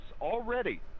Already